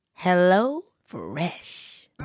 HelloFresh